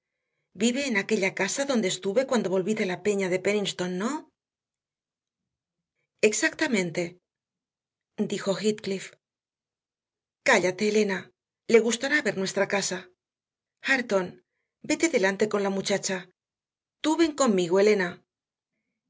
vive en aquella casa donde estuve cuando volví de la peña de penniston no exactamente dijo heathcliff cállate elena le gustará ver nuestra casa hareton vete delante con la muchacha tú ven conmigo elena